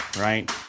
right